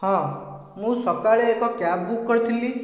ହଁ ମୁଁ ସକାଳେ ଏକ କ୍ୟାବ୍ ବୁକ୍ କରିଥିଲି